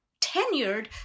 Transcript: tenured